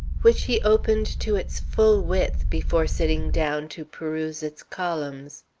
which he opened to its full width before sitting down to peruse its columns.